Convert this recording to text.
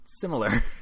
similar